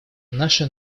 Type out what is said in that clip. наши